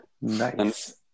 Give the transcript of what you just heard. Nice